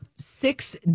six